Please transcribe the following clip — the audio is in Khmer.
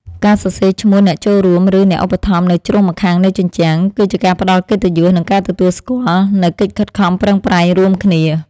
ការសរសេរឈ្មោះអ្នកចូលរួម ឬអ្នកឧបត្ថម្ភនៅជ្រុងម្ខាងនៃជញ្ជាំង គឺជាការផ្ដល់កិត្តិយស និងការទទួលស្គាល់នូវកិច្ចខិតខំប្រឹងប្រែងរួមគ្នា។